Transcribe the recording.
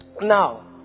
Now